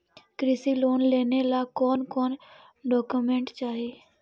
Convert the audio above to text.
कृषि लोन लेने ला कोन कोन डोकोमेंट चाही?